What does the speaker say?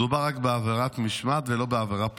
מדובר רק בעבירת משמעת ולא בעבירה פלילית,